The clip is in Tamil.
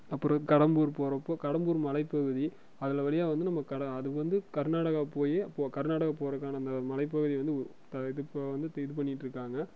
அப்புறோம் கடம்பூர் போகறப்போ கடம்பூர் மலைப்பகுதி அதில் வழியாக வந்து நம்ம கடை அது வந்து கர்நாடகா போய் கர்நாடகா போகறதுக்கான மலைப்பகுதி வந்து இப்போ இது வந்து இது பண்ணிகிட்டு இருக்காங்க